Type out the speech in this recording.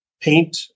paint